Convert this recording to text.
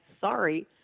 sorry